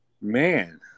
Man